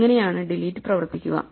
ഇങ്ങനെയാണ് ഡിലീറ്റ് പ്രവർത്തിക്കുക